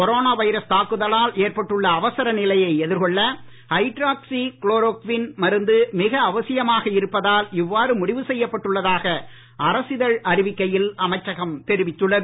corona virus தாக்குதலால் ஏற்பட்டுள்ள அவசர நிலையை எதிர்கொள்ள ஹைட்ராக்சி குளோரோக்வின் மருந்து மிக அவசியமாக இருப்பதால் இவ்வாறு முடிவு செய்யப் பட்டுள்ளதாக அரசிதழ் அறிவிக்கையில் அமைச்சகம் தெரிவித்துள்ளது